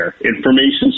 information